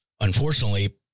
unfortunately